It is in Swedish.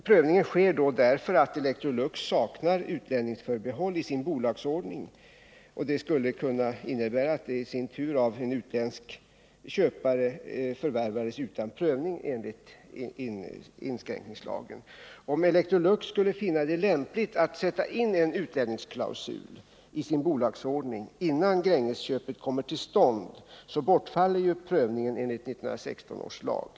Prövningen sker därför att Electrolux saknar utlänningsförbehåll i sin bolagsordning, vilket skulle kunna innebära att det i sin tur förvärvades av en utländsk köpare utan prövning enligt inskränkningslagen. Om Electrolux skulle finna det lämpligt att sätta in en utlänningsklausul i sin bolagsordning innan Grängesköpet kommer till stånd bortfaller prövningen enligt 1916 års lag.